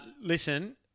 Listen